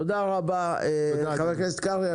תודה רבה ח"כ קרעי.